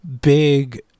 big